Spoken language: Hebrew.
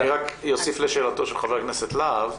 אני רק אוסיף לשאלתו של חבר הכנסת להב,